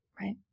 Right